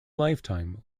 lifetime